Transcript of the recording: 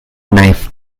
knife